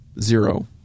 zero